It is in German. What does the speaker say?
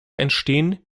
entstehen